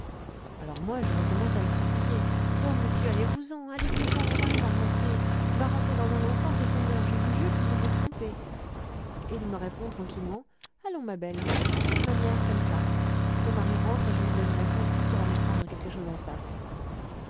alors moi je recommence à le supplier oh monsieur allez-vous-en allez-vous-en mon mari va rentrer il va rentrer dans un instant c'est son heure je vous jure que vous vous trompez et il me répond tranquillement allons ma belle assez de manières comme ça si ton mari rentre je lui donnerai cent sous pour aller prendre quelque chose en face